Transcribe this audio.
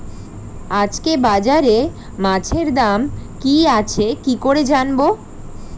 আজকে বাজারে মাছের দাম কি আছে কি করে জানবো?